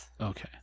Okay